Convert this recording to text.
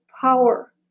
power